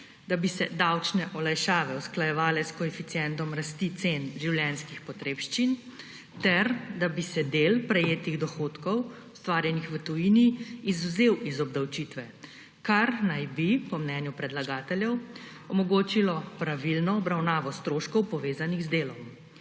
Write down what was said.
da bi se davčne olajšave usklajevale s koeficientom rasti cen življenjskih potrebščin ter da bi se del prejetih dohodkov, ustvarjenih v tujini, izvzel iz obdavčitve, kar naj bi po mnenju predlagateljev omogočilo pravilno obravnavo stroškov, povezanih z delom.